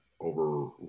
over